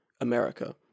America